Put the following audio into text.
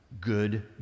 Good